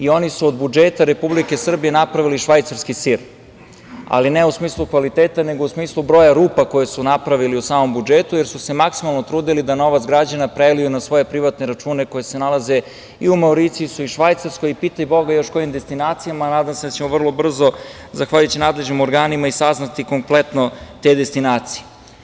Oni su od budžeta Republike Srbije napravili švajcarski sir, ali ne u smislu kvaliteta, nego u smislu broja rupa koje su napravili u samom budžetu, jer su se maksimalno trudili da novac građana preliju na svoje privatne račune koji se nalaze i u Mauricijusu i u Švajcarskoj i pitaj boga još kojim destinacijama, a nadam se da ćemo vrlo brzo, zahvaljujući nadležnim organima i saznati kompletno te destinacije.